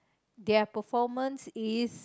their performance is